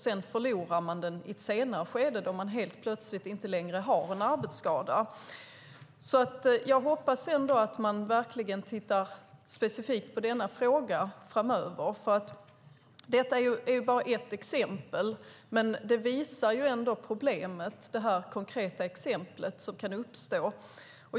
Sedan förlorar man den i ett senare skede, då man helt plötsligt inte längre har en arbetsskada. Jag hoppas att man verkligen tittar specifikt på denna fråga framöver. Detta är bara ett exempel. Men det visar ändå problemet som kan uppstå.